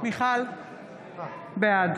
בעד